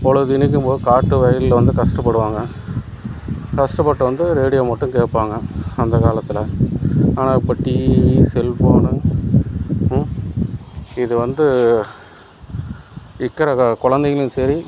பொழுதனைக்கும் போய் காட்டு வயலில் வந்து கஷ்டப்படுவாங்க கஷ்டப்பட்டு வந்து ரேடியோ மட்டும் கேட்பாங்க அந்த காலத்தில் ஆனால் இப்போ டிவி செல்ஃபோனு இது வந்து இருக்குற குழந்தைகளும் சரி